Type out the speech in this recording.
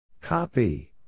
Copy